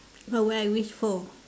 what would I wish for